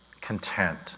content